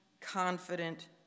confident